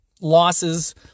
losses